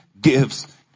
gives